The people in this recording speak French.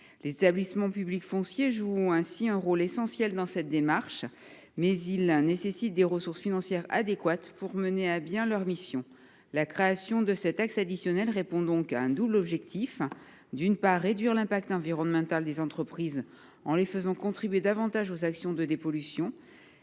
L’établissement public foncier joue ainsi un rôle essentiel dans cette démarche, mais des ressources financières adéquates sont nécessaires pour qu’ils puissent mener à bien leur mission. La création de cette taxe additionnelle répond donc à un double objectif : d’une part, réduire l’impact environnemental des entreprises en les faisant contribuer davantage aux actions de dépollution